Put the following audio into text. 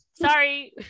Sorry